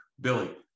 Billy